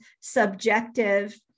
subjective